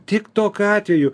tik tokiu atveju